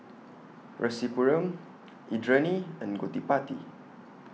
Rasipuram Indranee and Gottipati